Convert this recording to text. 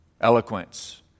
Eloquence